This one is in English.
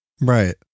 Right